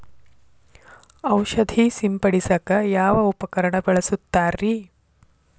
ಔಷಧಿ ಸಿಂಪಡಿಸಕ ಯಾವ ಉಪಕರಣ ಬಳಸುತ್ತಾರಿ?